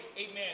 Amen